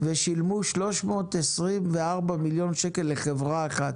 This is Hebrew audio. ושילמו 324 מיליון שקל לחברה אחת,